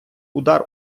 удар